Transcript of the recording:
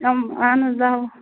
یِم اہن حظ دَہ وُہ